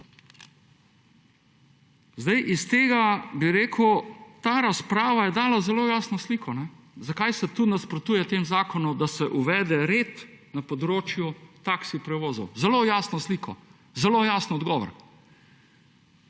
Zdaj, iz tega, bi rekel, ta razprava je dala zelo jasno sliko, zakaj se tu nasprotuje temu zakonu, da se uvede red na področju taksi prevozov. Zelo jasno sliko, zelo jasen odgovor.